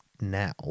now